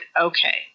Okay